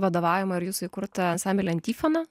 vadovavimą ir jūsų įkurtą ansamblį antifona